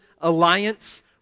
alliance